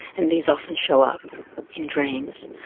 and these often show up in dreams.